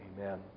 Amen